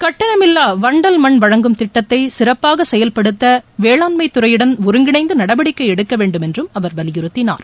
கட்டணமில்லா வண்டல் மண் வழங்கும் திட்டத்தை சிறப்பாக செயல்படுத்த வேளாண்மைத்துறையுடன் ஒருங்கிணைந்து நடவடிக்கை எடுக்க வேண்டும் என்றும் அவர் வலியுறுத்தினார்